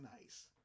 nice